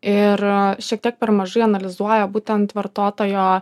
ir šiek tiek per mažai analizuoja būtent vartotojo